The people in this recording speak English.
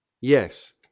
Yes